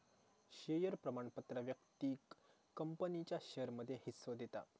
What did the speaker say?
share प्रमाणपत्र व्यक्तिक कंपनीच्या शेयरमध्ये हिस्सो देता